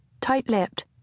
Tight-lipped